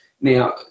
now